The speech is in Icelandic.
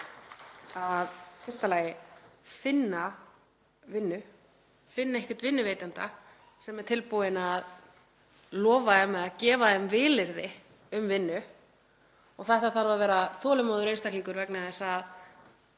í fyrsta lagi að finna vinnu, finna einhvern vinnuveitanda sem er tilbúinn að lofa eða gefa þeim vilyrði um vinnu. Það þarf að vera þolinmóður einstaklingur vegna þess að